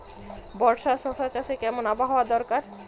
বর্ষার শশা চাষে কেমন আবহাওয়া দরকার?